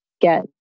get